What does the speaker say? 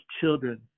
children